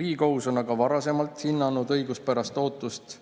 Riigikohus on aga varasemalt hinnanud õiguspärast ootust